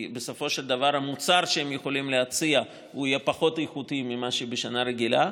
בסופו של דבר המוצר שהם יכולים להציע יהיה פחות איכותי ממה שבשנה רגילה.